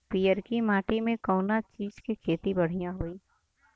पियरकी माटी मे कउना चीज़ के खेती बढ़ियां होई?